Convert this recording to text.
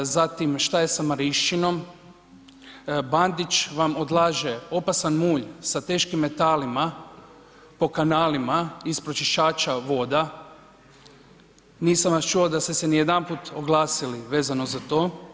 Zatim, što je sa Marišćinom, Bandić vam odlaže opasan mulj sa teškim metalima po kanalima iz pročistača voda, nisam vas čuo da ste se ijedanput oglasili vezano za to.